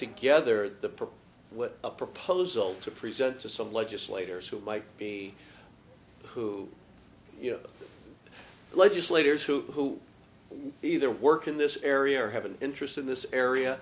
together the problem with a proposal to present to some legislators who might be who you know legislators who either work in this area or have an interest in this area